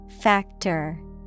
Factor